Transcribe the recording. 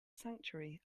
sanctuary